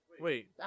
Wait